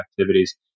activities